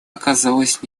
оказалось